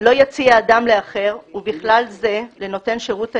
לא יציע אדם לאחר, ובכלל זה לנותן שירות תיירות,